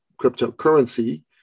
cryptocurrency